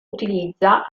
utilizza